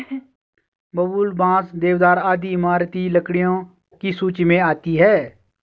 बबूल, बांस, देवदार आदि इमारती लकड़ियों की सूची मे आती है